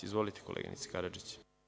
Izvolite, koleginice Karadžić.